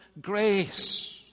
grace